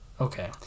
Okay